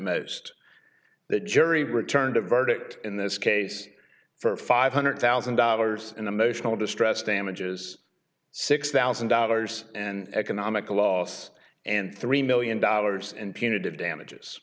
most the jury returned a verdict in this case for five hundred thousand dollars and emotional distress damages six thousand dollars and economic loss and three million dollars in punitive damages